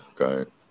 Okay